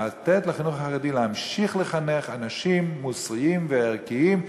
לתת לחינוך החרדי להמשיך לחנך אנשים מוסריים וערכיים,